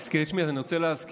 הזכיר את שמי, אז אני רוצה להזכיר